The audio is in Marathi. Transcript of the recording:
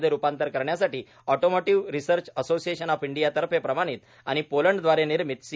मध्ये रूपांतर करण्यासाठी automotive research association of India तर्फे प्रमाणित आणि पोलंडदवारे निर्मित सी